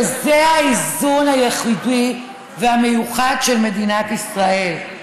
וזה האיזון היחיד והמיוחד של מדינת ישראל.